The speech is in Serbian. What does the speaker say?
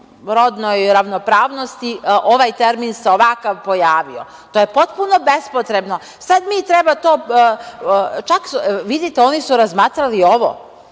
rodnoj ravnopravnosti, ovaj termin se ovakav pojavio. To je potpuno bespotrebno. Vidite, oni su razmatrali i ovo,